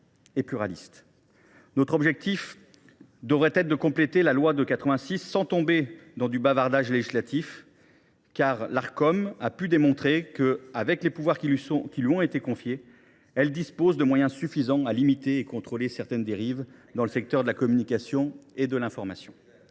et pluralistes. Notre objectif devrait être de compléter la loi de 1986 sans pour autant tomber dans le bavardage législatif. L’Arcom a su démontrer qu’elle disposait, avec les pouvoirs qui lui ont été confiés, de moyens suffisants pour limiter et contrôler certaines dérives dans le secteur de la communication et de l’information.